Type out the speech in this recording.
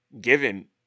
given